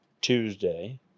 Tuesday